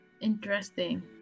Interesting